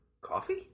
coffee